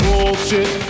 Bullshit